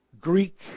Greek